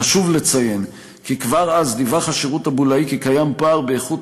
חשוב לציין כי כבר אז דיווח השירות הבולאי כי קיים פער באיכות